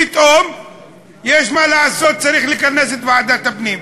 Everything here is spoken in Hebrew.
פתאום יש מה לעשות, צריך לכנס את ועדת הפנים.